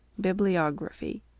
Bibliography